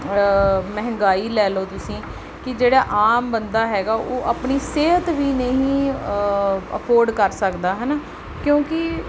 ਮਹਿੰਗਾਈ ਲੈ ਲਓ ਤੁਸੀਂ ਕਿ ਜਿਹੜਾ ਆਮ ਬੰਦਾ ਹੈਗਾ ਉਹ ਆਪਣੀ ਸਿਹਤ ਵੀ ਨਹੀਂ ਅਫੋਰਡ ਕਰ ਸਕਦਾ ਹੈ ਨਾ ਕਿਉਂਕਿ